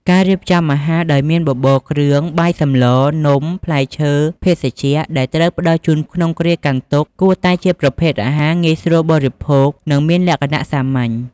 ការរៀបចំអាហារ ដោយមាន បបរគ្រឿង បាយសម្ល នំ ផ្លែឈើ ភេសជ្ជៈ ដែលត្រូវផ្តល់ជូនក្នុងគ្រាកាន់ទុក្ខគួរតែជាប្រភេទអាហារ ងាយស្រួលបរិភោគ និងមានលក្ខណៈសាមញ្ញ។